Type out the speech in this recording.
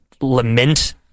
lament